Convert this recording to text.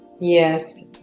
Yes